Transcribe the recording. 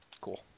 Cool